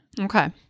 Okay